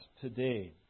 today